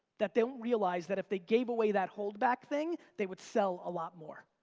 that didn't realize that if they gave away that hold back thing, they would sell a lot more.